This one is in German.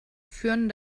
führen